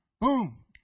Boom